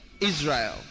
Israel